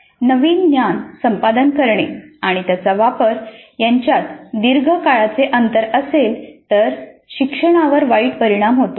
नवीन ज्ञान संपादन करणे आणि त्याचा वापर यांच्यात दीर्घ काळाचे अंतर असेल तर शिक्षणावर वाईट परिणाम होतो